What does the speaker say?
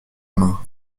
main